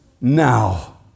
now